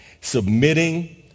submitting